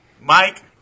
Mike